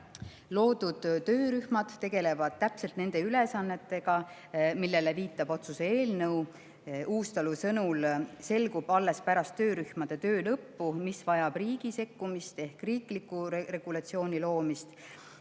Loodud töörühmad tegelevad täpselt nende ülesannetega, millele viitab otsuse eelnõu. Uustalu sõnul selgub alles pärast töörühmade töö lõppu see, mis vajab riigi sekkumist ehk riikliku regulatsiooni loomist.